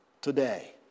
today